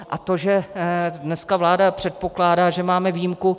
A to, že dneska vláda předpokládá, že máme výjimku...